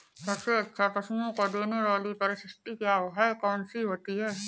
सबसे अच्छा पशुओं को देने वाली परिशिष्ट क्या है? कौन सी होती है?